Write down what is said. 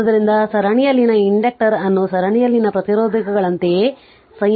ಆದ್ದರಿಂದ ಸರಣಿಯಲ್ಲಿನ ಇಂಡಕ್ಟರ್ ಅನ್ನು ಸರಣಿಯಲ್ಲಿನ ಪ್ರತಿರೋಧಕಗಳಂತೆಯೇ ಸಂಯೋಜಿಸಲಾಗುತ್ತದೆ